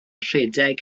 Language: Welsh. rhedeg